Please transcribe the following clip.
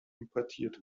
importiert